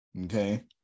Okay